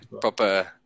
Proper